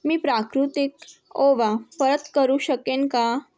मी प्राकृतिक ओवा परत करू शकेन का